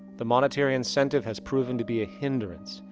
the monetary incentive has proven to be a hindrance,